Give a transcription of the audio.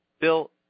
Bill